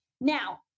Now